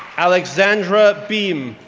alexandra beem,